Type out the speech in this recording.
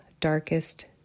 Darkest